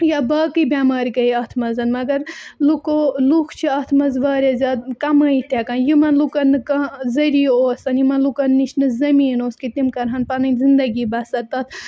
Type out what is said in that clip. یا باقٕے بٮ۪مارِ گٔے اَتھ منٛز مگر لُکو لُکھ چھِ اَتھ منٛز واریاہ زیادٕ کَمٲیِتھ تہِ ہیٚکان یِمَن لُکَن نہٕ کانٛہہ ذٔریعہِ اوس یِمَن لُکَن نِش نہٕ زٔمیٖن اوس کہِ تِم کَرٕہَن پَنٕنۍ زندگی بَسَر تَتھ